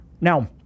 Now